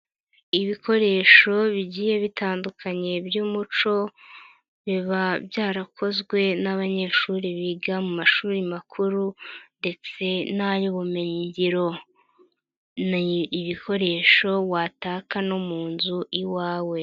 Ibikoresho bigiye bitandukanye by'umuco biba byarakozwe nabanyeshuri biga mu mashuri makuru ndetse n'ay'ubumenyingiro, ni ibikoresho wataka no mu nzu iwawe.